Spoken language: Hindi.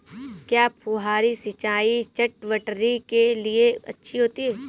क्या फुहारी सिंचाई चटवटरी के लिए अच्छी होती है?